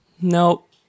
Nope